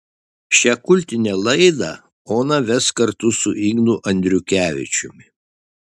šią kultinę laidą ona ves kartu su ignu andriukevičiumi